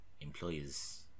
employers